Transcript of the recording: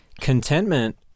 contentment